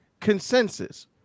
consensus